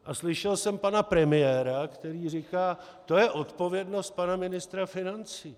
A slyšel jsem pana premiéra, který říká: To je odpovědnost pana ministra financí.